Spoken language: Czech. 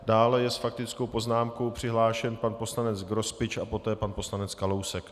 Dále je s faktickou poznámkou přihlášen pan poslanec Grospič a poté pan poslanec Kalousek.